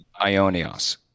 Ionios